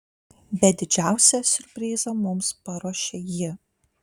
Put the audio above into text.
bet didžiausią siurprizą mums paruošė ji